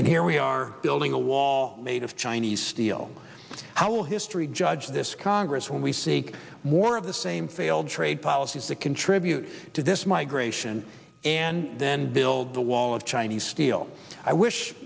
and here we are building a wall made of chinese steel how will history judge this congress when we see more of the same failed trade policies that contribute to this migration and then build the wall of chinese steel i wish